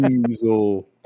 Diesel